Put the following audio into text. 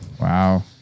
Wow